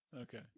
Okay